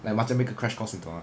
like macam make a crash course 你懂吗